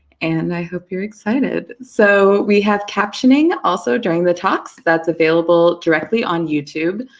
and i hope you're excited. so, we have captioning also during the talks. that's available directly on youtube,